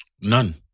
None